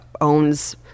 owns